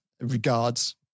Regards